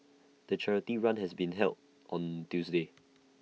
the charity run has been held on Tuesday